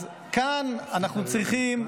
כאן אנחנו צריכים,